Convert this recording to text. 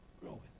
growing